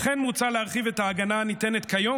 כמו כן מוצע להרחיב את ההגנה הניתנת כיום